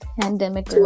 Pandemic